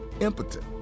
impotent